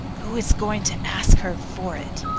who is going to ask her for it?